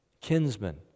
Kinsman